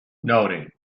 noting